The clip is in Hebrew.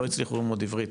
לא הצליחו ללמוד עברית,